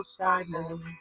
silent